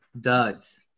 duds